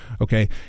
Okay